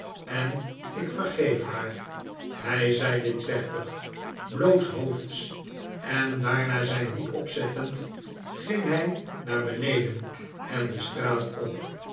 en ik vergeef haar hij zei dit plechtig blootshoofds en daarna zijn hoed opzettend ging hij naar beneden en de straat op